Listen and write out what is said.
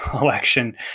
election